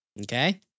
Okay